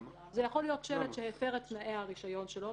זה יכול להיות שלט שהפר את תנאי הרישיון שלו,